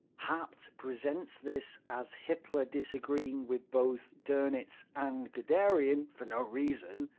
haupt presents this as hitler disagreeing with both donitz and guderian, for no reason.